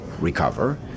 recover